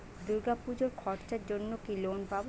দূর্গাপুজোর খরচার জন্য কি লোন পাব?